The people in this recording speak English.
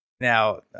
Now